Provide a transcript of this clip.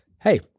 hey-